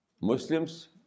Muslims